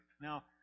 Now